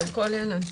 על כל ילד.